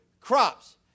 crops